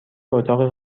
اتاق